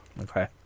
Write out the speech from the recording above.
Okay